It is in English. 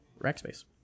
Rackspace